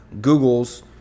Google's